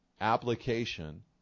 application